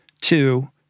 Two